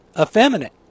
effeminate